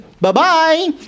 Bye-bye